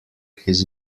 his